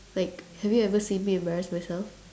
like have you ever see me embarrass myself